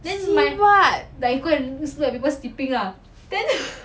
see what